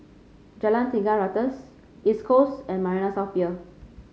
Jalan Tiga Ratus East Coast and Marina South Pier